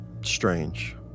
strange